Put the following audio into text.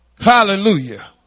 hallelujah